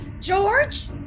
George